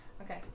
Okay